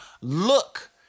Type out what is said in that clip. Look